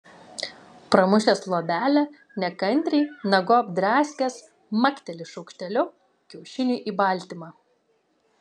pramušęs luobelę nekantriai nagu apdraskęs makteli šaukšteliu kiaušiniui į baltymą